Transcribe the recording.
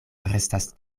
restas